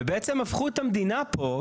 ובעצם הפכו את המדינה פה,